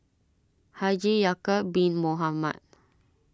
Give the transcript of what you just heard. Haji Ya'Acob Bin Mohamed